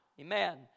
amen